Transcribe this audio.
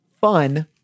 Fun